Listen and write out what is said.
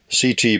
CT